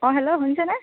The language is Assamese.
অঁ হেল্ল' শুনিছেনে